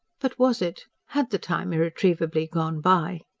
but was it? had the time irretrievably gone by?